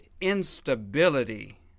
instability